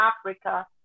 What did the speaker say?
Africa